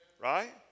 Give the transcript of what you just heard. right